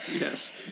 Yes